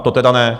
To tedy ne!